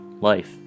life